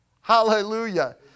Hallelujah